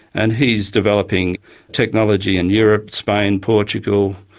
and he's developing technology in europe, spain, portugal,